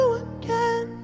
again